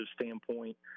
standpoint